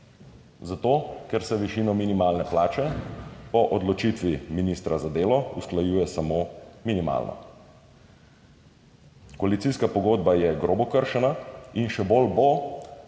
Zato, ker se višino minimalne plače po odločitvi ministra za delo usklajuje samo minimalno. Koalicijska pogodba je grobo kršena in še bolj bo,